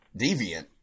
deviant